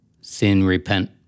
sin-repent